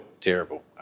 terrible